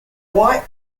white